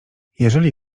jeżeli